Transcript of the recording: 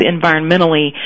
environmentally